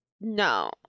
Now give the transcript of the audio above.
No